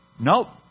Nope